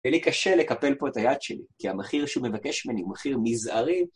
יהיה לי קשה לקפל פה את היד שלי, כי המחיר שהוא מבקש ממני הוא מחיר מזערי.